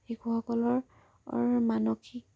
শিশুসকলৰ অৰ মানসিক